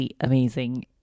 amazing